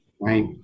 right